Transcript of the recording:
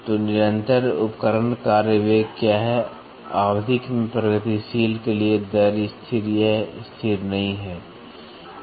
तो निरंतर उपकरण कार्य वेग क्या है आवधिक में प्रगतिशील के लिए दर स्थिर यह स्थिर नहीं है